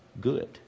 good